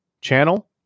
channel